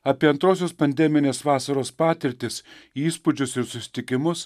apie antrosios pandeminės vasaros patirtis įspūdžius ir susitikimus